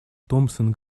томпсон